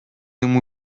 ему